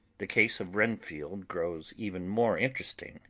the case of renfield grows even more interesting.